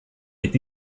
est